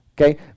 okay